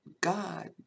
God